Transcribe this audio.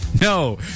No